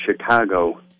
Chicago